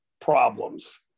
problems